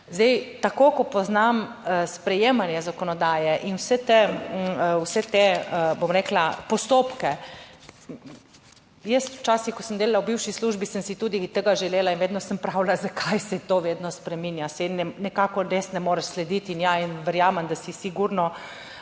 Zdaj, tako ko poznam sprejemanje zakonodaje in vse te, bom rekla, postopke, jaz včasih, ko sem delala v bivši službi, sem si tudi tega želela in vedno sem pravila, zakaj se to vedno spreminja, se nekako res ne moreš slediti in ja, in verjamem, da si sigurno,